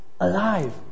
alive